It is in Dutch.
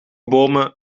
bomen